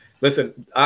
Listen